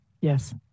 yes